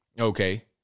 Okay